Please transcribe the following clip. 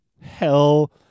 Hell